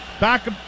back